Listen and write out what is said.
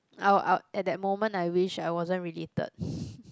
I'll I'll at that moment I wished I wasn't related